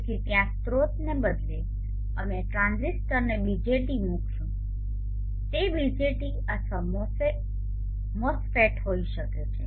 તેથી ત્યાં સ્રોતને બદલે અમે ટ્રાંઝિસ્ટરને BJT મૂકીશું તે BJT અથવા MOSFET હોઈ શકે છે